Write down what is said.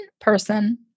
person